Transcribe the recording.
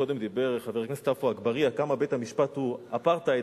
קודם דיבר חבר הכנסת עפו אגבאריה כמה בית-המשפט הוא אפרטהייד,